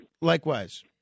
Likewise